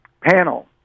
panel